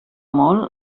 molt